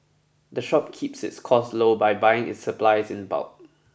the shop keeps its costs low by buying its supplies in bulk